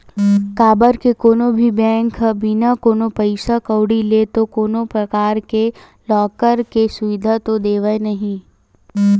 काबर के कोनो भी बेंक ह बिना कोनो पइसा कउड़ी ले तो कोनो परकार ले लॉकर के सुबिधा तो देवय नइ